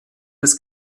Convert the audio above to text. des